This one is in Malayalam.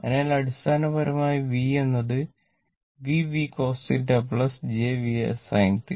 അതിനാൽ അടിസ്ഥാനപരമായി v എന്നത് Vv cos θ j Vs θ